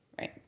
Right